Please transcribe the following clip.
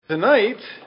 Tonight